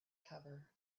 cover